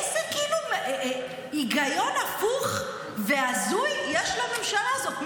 איזה היגיון הפוך והזוי יש לממשלה הזאת.